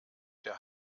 der